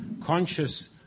conscious